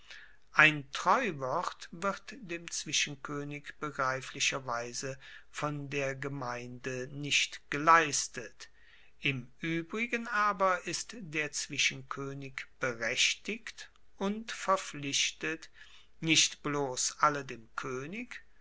ein treuwort wird dem zwischenkoenig begreiflicherweise von der gemeinde nicht geleistet im uebrigen aber ist der zwischenkoenig berechtigt und verpflichtet nicht bloss alle dem koenig